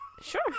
Sure